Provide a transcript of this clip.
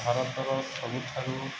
ଭାରତର ସବୁଠାରୁ